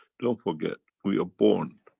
don't forget, we are born.